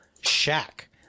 shack